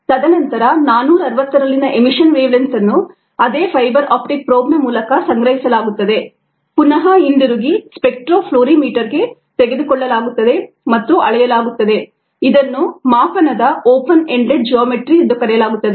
ತದನಂತರ 460ರಲ್ಲಿನ emission wavelength ಅನ್ನು ಅದೇ ಫೈಬರ್ ಆಪ್ಟಿಕ್ ಪ್ರೋಬ್ನ ಮೂಲಕ ಸಂಗ್ರಹಿಸಲಾಗುತ್ತದೆ ಪುನಃ ಹಿಂದಿರುಗಿ ಸ್ಪೆಕ್ಟ್ರಾ ಫ್ಲೋರಿಮೀಟರ್ಗೆ ತೆಗೆದುಕೊಳ್ಳಲಾಗುತ್ತದೆ ಮತ್ತು ಅಳೆಯಲಾಗುತ್ತದೆ ಇದನ್ನು ಮಾಪನದ ಓಪನ್ ಎಂಡೆಡ್ ಜಿಯೋಮೆಟ್ರಿಎಂದು ಕರೆಯಲಾಗುತ್ತದೆ